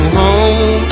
home